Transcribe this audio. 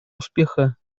успеха